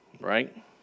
Right